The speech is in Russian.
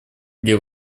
где